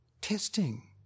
Testing